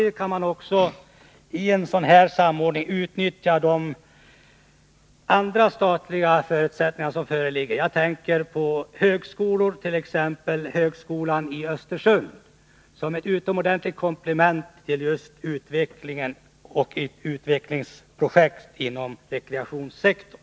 I en sådan här samordning kan man också utnyttja andra statliga organ, t.ex. våra högskolor. Jag vill särskilt nämna högskolan i Östersund, som utgör ett utomordentligt komplement när det gäller just utvecklingsprojekt inom rekreationssektorn.